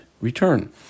return